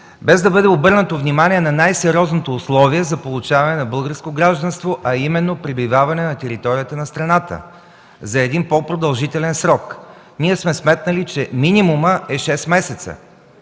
без да бъде обърнато внимание на най-сериозното условие за получаване на българско гражданство, а именно пребиваване на територията на страната за един по-продължителен срок. Ние сме сметнали, че минимумът е шест месеца.